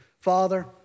Father